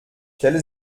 stelle